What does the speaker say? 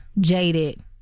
jaded